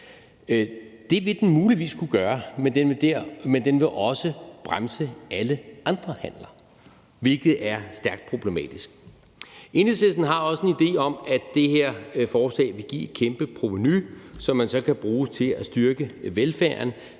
Det vil den muligvis kunne gøre, men den vil også bremse alle andre handler, hvilket er stærkt problematisk. Enhedslisten har også en idé om, at det her forslag vil give et kæmpe provenu, som man så kan bruge til at styrke velfærden,